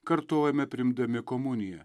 kartojame priimdami komuniją